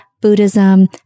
Buddhism